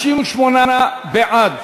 58 בעד,